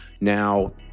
now